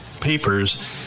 papers